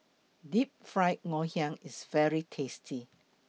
Deep Fried Ngoh Hiang IS very tasty